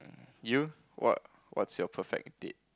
you what what's your perfect deed